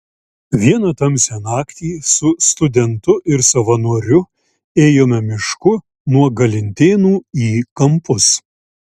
vieną tamsią naktį su studentu ir savanoriu ėjome mišku nuo galintėnų į kampus